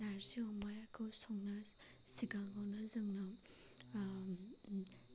नारजि अमाखौ संनो सिगाङावनो जोंनो